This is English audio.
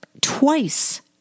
Twice